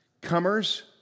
comers